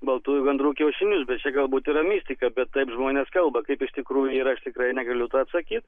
baltųjų gandrų kiaušinius bet čia galbūt yra mistika bet taip žmonės kalba kaip iš tikrųjų yra aš tikrai negaliu to atsakyt